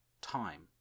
time